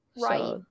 Right